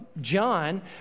John